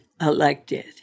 elected